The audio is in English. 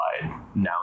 now